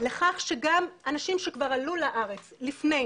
לכך שגם אנשים שכבר עלו לארץ לפני